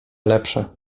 lepsze